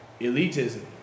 elitism